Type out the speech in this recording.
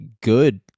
good